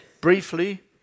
Briefly